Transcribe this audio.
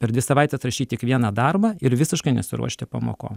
per dvi savaites rašyt tik vieną darbą ir visiškai nesiruošti pamokom